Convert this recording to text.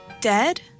dead